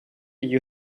you